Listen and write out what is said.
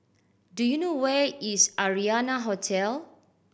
do you know where is Arianna Hotel